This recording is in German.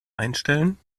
einstellen